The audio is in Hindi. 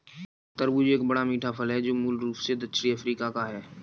तरबूज एक बड़ा, मीठा फल है जो मूल रूप से दक्षिणी अफ्रीका का है